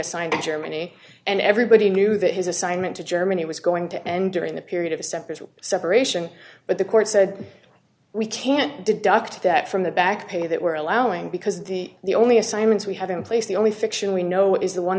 assigned to germany and everybody knew that his assignment to germany was going to end during the period of a separate separation but the court said we can't deduct that from the back pay that we're allowing because the the only assignments we have in place the only fiction we know is the one